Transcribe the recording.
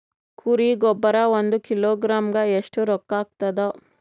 ಕುರಿ ಗೊಬ್ಬರ ಒಂದು ಕಿಲೋಗ್ರಾಂ ಗ ಎಷ್ಟ ರೂಕ್ಕಾಗ್ತದ?